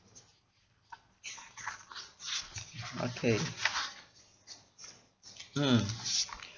okay mm